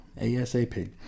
ASAP